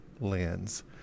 lens